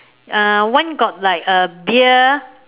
uh one got like uh beer